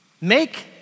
Make